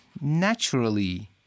naturally